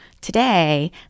today